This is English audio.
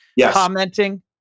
Commenting